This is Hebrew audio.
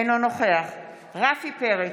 אינו נוכח רפי פרץ,